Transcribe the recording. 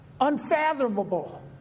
unfathomable